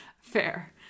fair